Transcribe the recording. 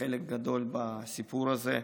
חלק גדול בסיפור הזה.